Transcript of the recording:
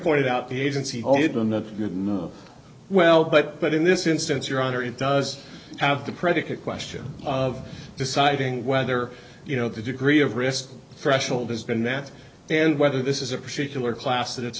pointed out the agency homewood on that well but but in this instance your honor it does have the predicate question of deciding whether you know the degree of risk threshold has been that and whether this is a particular class that it's